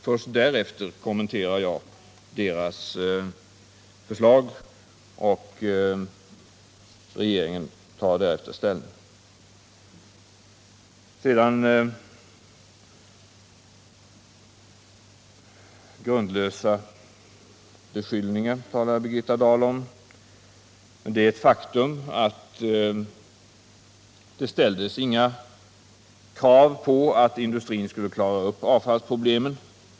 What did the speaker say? Först därefter tar regeringen ställning. Grundlösa beskyllningar talar Birgitta Dahl sedan om. Det är ett faktum att det inte ställdes några krav på att kraftföretagen skulle klara upp avfallsproblemen.